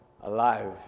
alive